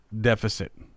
deficit